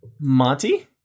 Monty